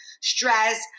stress